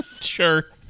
sure